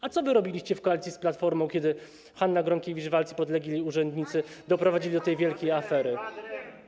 A co wy robiliście w koalicji z Platformą, kiedy Hanna Gronkiewicz Waltz i podlegli jej urzędnicy doprowadzili do tej wielkiej afery?